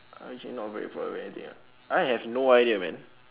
I'm actually not very proud of anything ah I have no idea man